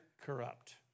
corrupt